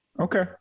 okay